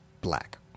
black